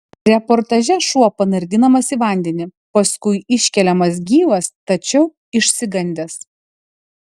reportaže šuo panardinamas į vandenį paskui iškeliamas gyvas tačiau išsigandęs